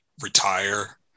retire